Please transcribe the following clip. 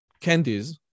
candies